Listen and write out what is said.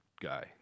guy